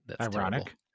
ironic